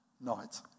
Night